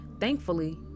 Thankfully